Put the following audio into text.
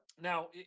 Now